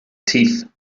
teeth